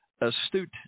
astute